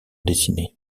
dessinée